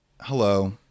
hello